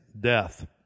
death